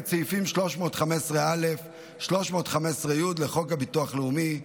סעיפים 315א 315י לחוק הביטוח הלאומי,